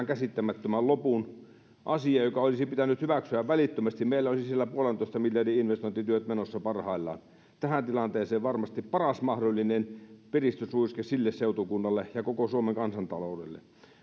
käsittämättömän lopun asia joka olisi pitänyt hyväksyä välittömästi meillä olisi siellä yhden pilkku viiden miljardin investointityöt menossa parhaillaan se olisi tähän tilanteeseen varmasti paras mahdollinen piristysruiske sille seutukunnalle ja koko suomen kansantaloudelle